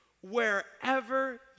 wherever